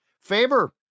Faber